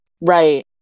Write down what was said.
right